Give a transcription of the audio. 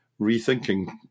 rethinking